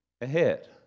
ahead